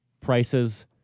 Prices